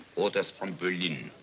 orders from berlin.